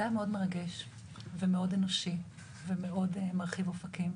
זה היה מאוד מרגש ומאוד אנושי ומאוד מרחיב אופקים,